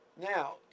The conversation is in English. Now